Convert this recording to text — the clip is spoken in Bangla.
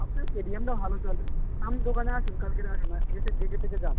সব থেকে কে ডি এমটা ভালো চলে আমনি দোকানে আসুন কালকেরে আসুন এসে দেখে টেখে যান